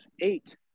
eight